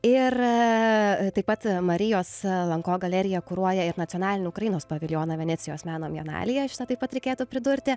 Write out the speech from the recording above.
ir taip pat marijos lanko galeriją kuruoja ir nacionalinių ukrainos paviljoną venecijos meno bienalėje esą taip pat reikėtų pridurti